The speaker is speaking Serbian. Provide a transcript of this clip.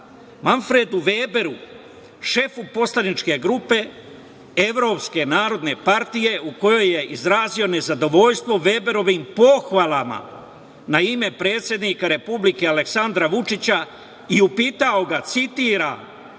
Manfredu Veberu, šefu poslaničke grupe Evropske narodne partije u kojoj je izrazio nezadovoljstvo Veberovim pohvalama, na ime predsednika Republike, Aleksandra Vučića i upitao ga, citiram: